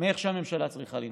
מאיך שהממשלה צריכה לנהוג.